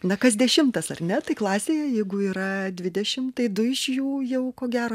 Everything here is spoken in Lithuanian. na kas dešimtas ar ne tai klasėje jeigu yra dvidešimt tai du iš jų jau ko gero